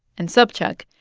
and sobchak,